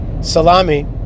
salami